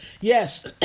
Yes